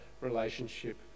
relationship